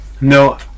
no